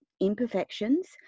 imperfections